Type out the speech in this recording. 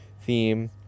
theme